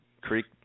Creek